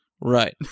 Right